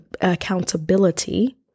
accountability